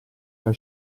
alla